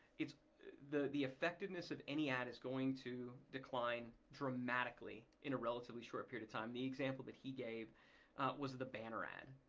the the effectiveness of any ad is going to decline dramatically in a relatively short period of time. the example that he gave was the banner ad.